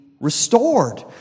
restored